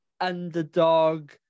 underdog